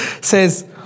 says